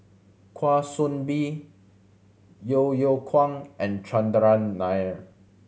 Kwa Soon Bee Yeo Yeow Kwang and Chandran Nair